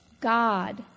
God